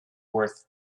worth